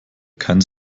kein